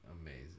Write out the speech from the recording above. amazing